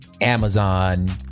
Amazon